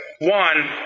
One